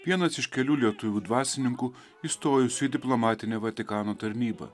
vienas iš kelių lietuvių dvasininkų įstojusių į diplomatinę vatikano tarnybą